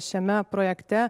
šiame projekte